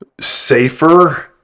safer